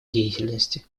деятельности